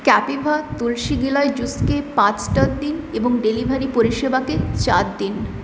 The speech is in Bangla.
ক্যাপিভা তুলসি গিলয় জুসকে পাঁচ স্টার দিন এবং ডেলিভারি পরিষেবাকে চার দিন